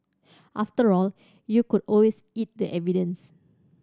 after all you could always eat the evidence